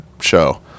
show